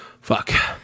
Fuck